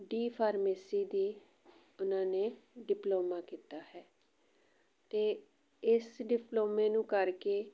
D pharmacy ਦੀ ਉਹਨਾਂ ਨੇ ਡਿਪਲੋਮਾ ਕੀਤਾ ਹੈ ਅਤੇ ਇਸ ਡਿਪਲੋਮੇ ਨੂੰ ਕਰਕੇ